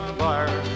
fire